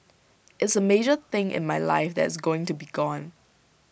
it's A major thing in my life that it's going to be gone